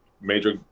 major